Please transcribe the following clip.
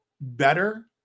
better